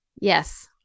Yes